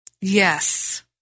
Yes